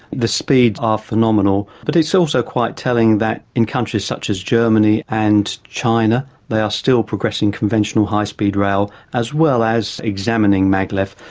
the speeds are phenomenal, but it's also quite telling that in countries such as germany and china they are still progressing conventional high speed rail as well as examining maglev,